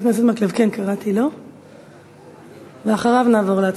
בבקשה, ואחריו נעבור להצבעה.